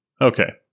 Okay